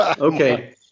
okay